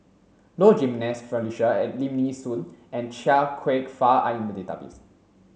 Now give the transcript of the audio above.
Low Jimenez Felicia Lim Nee Soon and Chia Kwek Fah are in the database